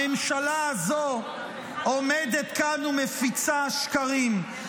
הממשלה הזו עומדת כאן ומפיצה שקרים.